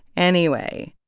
anyway,